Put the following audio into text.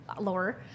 lower